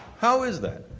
how is that?